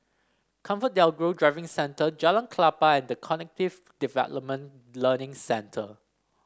ComfortDelGro Driving Centre Jalan Klapa and The Cognitive Development Learning Centre